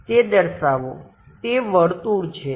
તે દર્શાવો તે વર્તુળ છે